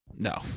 No